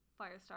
Firestar